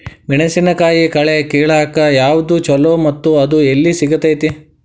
ಮೆಣಸಿನಕಾಯಿ ಕಳೆ ಕಿಳಾಕ್ ಯಾವ್ದು ಛಲೋ ಮತ್ತು ಅದು ಎಲ್ಲಿ ಸಿಗತೇತಿ?